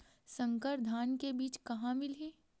संकर धान के बीज कहां मिलही?